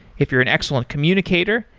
if you're an excellent communicator,